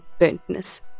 burntness